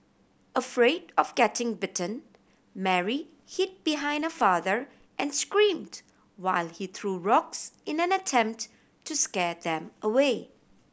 afraid of getting bitten Mary hid behind her father and screamed while he threw rocks in an attempt to scare them away